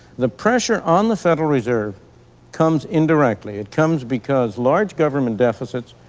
the pressure on the federal reserve comes indirectly. it comes because large government deficits,